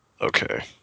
Okay